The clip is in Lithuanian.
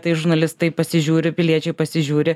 tai žurnalistai pasižiūri piliečiai pasižiūri